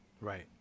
Right